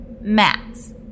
Max